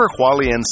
Hualien